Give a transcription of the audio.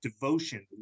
devotion